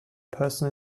person